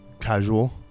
casual